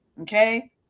Okay